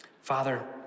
Father